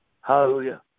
Hallelujah